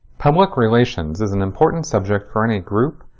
public relations is an important subject for any group,